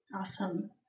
Awesome